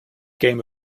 game